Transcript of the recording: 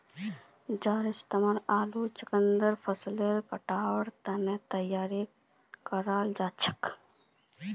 जहार इस्तेमाल आलू चुकंदर फसलेर कटाईर तने तैयार कराल जाछेक